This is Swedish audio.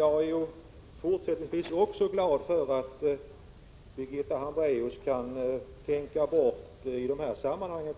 Herr talman! Jag är glad över att Birgitta Hambraeus i detta sammanhang kan tänka bort